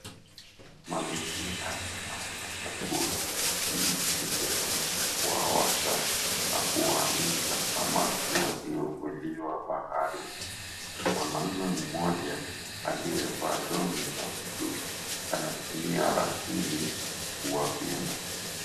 Mazingira inaonyesha kubwa hivi ni sehemu ya kuwaosha, na kuwaanika samaki waliovuliwa wa bahari. Mwanamume mmoja aliyevaa long'i ya bluu, anatumia ratili kuwapima.